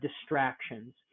distractions